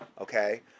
okay